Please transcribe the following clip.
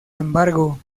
embargo